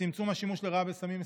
לצמצום השימוש לרעה בסמים מסוכנים,